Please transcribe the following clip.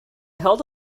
held